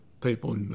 people